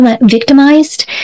victimized